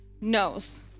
knows